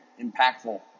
impactful